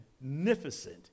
magnificent